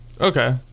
Okay